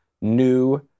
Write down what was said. new